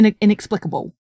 inexplicable